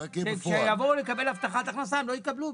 אז כשיבואו לקבל הבטחת הכנסה הם לא יקבלו,